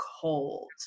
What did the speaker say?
cold